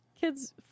kid's